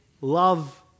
love